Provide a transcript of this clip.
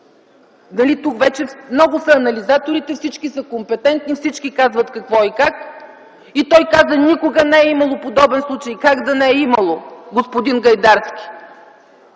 нали, тук вече много са анализаторите и всички са компетентни, всички казват какво и как, той казва: „Никога не е имало подобен случай!”. Как да не е имало, господин Гайдарски?